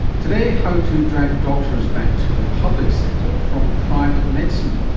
today, how to drag doctors back to the public sector from private medicine.